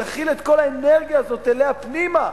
תכיל את כל האנרגיה הזאת אליה פנימה,